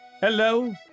Hello